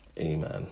Amen